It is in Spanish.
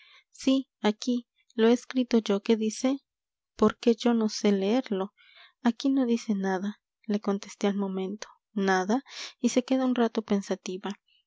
sí aquí lo he escrito yo qué dice porque yo no sé leerlo aquí no dice nada le contesté al momento nada y se queda un rato pensativa